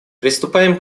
приступаем